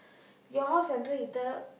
your house central heater